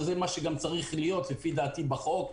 וזה מה שצריך להיות לדעתי בחוק,